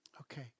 Okay